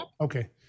Okay